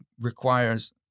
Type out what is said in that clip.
requires